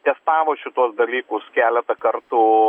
testavo šituos dalykus keletą kartų